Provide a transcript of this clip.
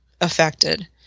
affected